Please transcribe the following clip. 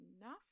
enough